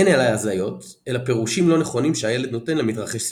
אין אלה הזיות אלא פרושים לא נכונים שהילד נותן למתרחש סביבו.